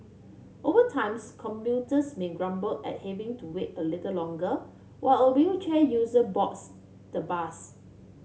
over times commuters may grumble at having to wait a little longer while a wheelchair user boards the bus